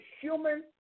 human